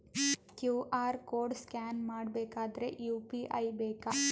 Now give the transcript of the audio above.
QR code scan ಮಾಡಬೇಕಾದರೆ UPI ಬೇಕಾ?